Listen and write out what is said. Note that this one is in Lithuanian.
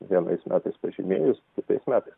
vienais metais pažymėjus kitais metais